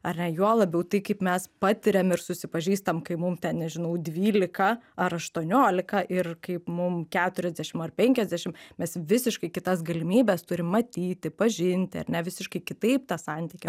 ar ne juo labiau tai kaip mes patiriam ir susipažįstam kai mum ten nežinau dvylika ar aštuoniolika ir kaip mum keturiasdešim ar penkiasdešim mes visiškai kitas galimybes turim matyti pažinti ar ne visiškai kitaip tą santykį